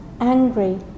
angry